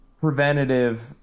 preventative